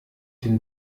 den